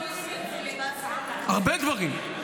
הרבה דברים,